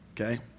Okay